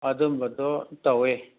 ꯑꯗꯨꯝꯕꯗꯣ ꯇꯧꯋꯦ